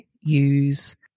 use